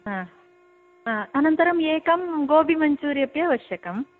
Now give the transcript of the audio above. हा हा अनन्तरम् एकं गोबि मञ्चुरीयन् अपि आवश्यकम्